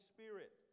Spirit